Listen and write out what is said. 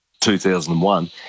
2001